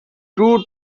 two